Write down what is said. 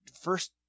first